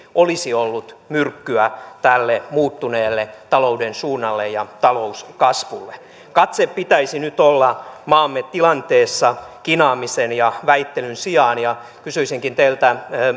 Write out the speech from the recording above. olisi ollut myrkkyä tälle muuttuneelle talouden suunnalle ja talouskasvulle katseen pitäisi nyt olla maamme tilanteessa kinaamisen ja väittelyn sijaan ja kysyisinkin teiltä